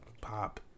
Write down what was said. pop